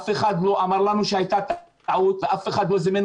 אף אחד לא אמר לנו שהייתה טעות ואף אחד לא זימן